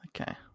Okay